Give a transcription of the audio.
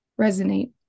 resonate